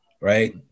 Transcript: right